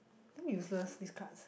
useless this cards